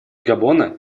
габона